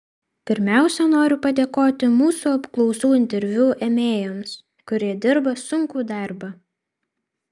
pirmiausia noriu padėkoti mūsų apklausų interviu ėmėjams kurie dirba sunkų darbą